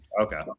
Okay